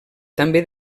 també